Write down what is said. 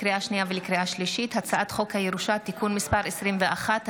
לקריאה שנייה ולקריאה שלישית: הצעת חוק הירושה (תיקון מס' 21),